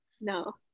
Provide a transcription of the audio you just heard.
No